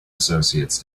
associates